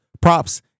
props